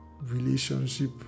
relationship